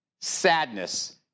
sadness